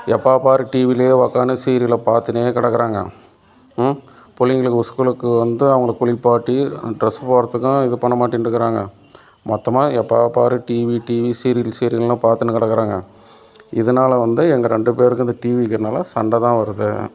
எப்போ பார் டிவியிலே உக்கானு சீரியலை பார்த்துன்னே கடக்குறாங்க பிள்ளைங்களுக்கு ஒரு ஸ்கூலுக்கு வந்து அவங்கள குளிப்பாட்டி அந்த ட்ரெஸ் போடுறதுக்கும் இது பண்ணமாட்டேன்ருக்குறாங்க மொத்தமாக எப்போ பார் டிவி டிவி சீரியல் சீரியல்னு பார்த்துன்னு கடக்குறாங்க இதனால வந்து எங்கள் ரெண்டு பேருக்கும் இந்த டிவி இருக்குறனால சண்டைதான் வருது